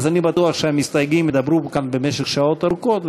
אני בטוח שהמסתייגים ידברו כאן במשך שעות ארוכות,